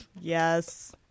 yes